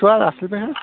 ٹھیٖک چھو حظ اصٕل پٲٹھۍ